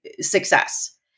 success